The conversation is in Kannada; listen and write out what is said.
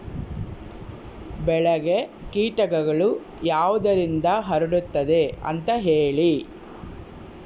ಬೆಳೆಗೆ ಕೇಟಗಳು ಯಾವುದರಿಂದ ಹರಡುತ್ತದೆ ಅಂತಾ ಹೇಳಿ?